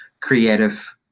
creative